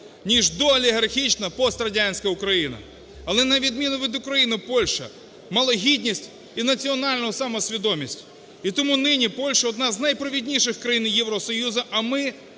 ніж доолігархічна, пострадянська Україна. Але на відміну від України Польща мала гідність і національну самосвідомість, і тому нині Польща – одна з найпровідніших країн Євросоюзу, а ми